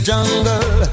Jungle